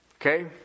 Okay